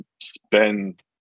spend